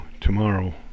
tomorrow